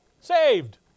Saved